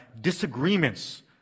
disagreements